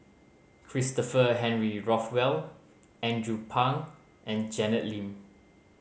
Christopher Henry Rothwell Andrew Phang and Janet Lim